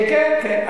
כן, כן.